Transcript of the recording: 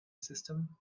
system